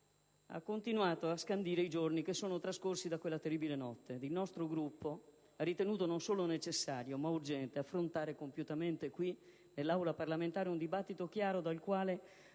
continuato a scandire i giorni che sono trascorsi da quella terribile notte, ed il nostro Gruppo ha ritenuto non solo necessario, ma urgente affrontare compiutamente qui, nell'Aula parlamentare, un dibattito chiaro dal quale